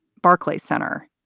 barclays center,